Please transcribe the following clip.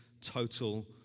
total